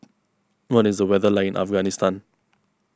what is the weather like in Afghanistan